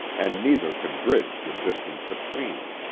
and neither could bridge the distance between.